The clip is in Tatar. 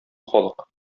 халык